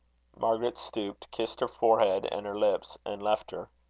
margaret stooped, kissed her forehead and her lips, and left her.